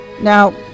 now